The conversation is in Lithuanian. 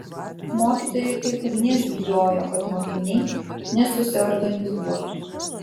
mokytojai kaip ugnies bijojo kad mokiniai nesusiorganizuotų